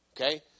Okay